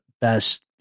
best